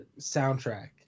soundtrack